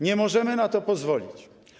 Nie możemy na to pozwolić.